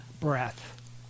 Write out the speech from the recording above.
breath